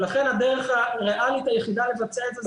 ולכן הדרך הריאלית היחידה לבצע את זה,